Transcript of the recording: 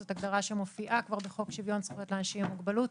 זאת הגדרה שמופיעה כבר בחוק שוויון זכויות לאנשים עם מוגבלות,